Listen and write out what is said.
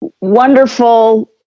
wonderful